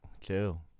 Chill